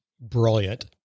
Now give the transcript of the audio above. brilliant